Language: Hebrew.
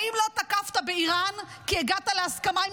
האם לא תקפת באיראן כי הגעת להסכמה עם